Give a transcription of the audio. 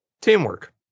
teamwork